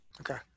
Okay